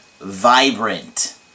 Vibrant